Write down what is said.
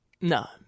No